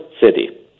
city